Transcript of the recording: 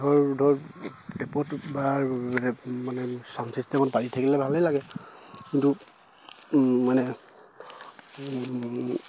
ধৰক টেপত বা মানে ছাউণ্ড চিষ্টেমত বাজি থাকিলে ভালেই লাগে কিন্তু মানে